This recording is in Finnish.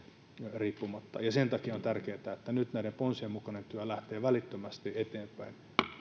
riippumatta sen takia on tärkeää että nyt näiden ponsien mukainen työ lähtee välittömästi eteenpäin